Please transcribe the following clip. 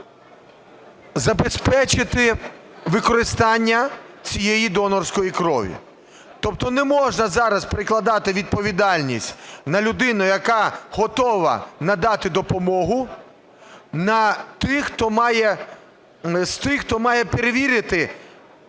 забезпечити використання цієї донорської крові. Тобто не можна зараз перекладати відповідальність на людину, яка готова надати допомогу, на тих, хто має… з тих,